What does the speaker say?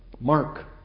mark